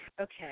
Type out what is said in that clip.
Okay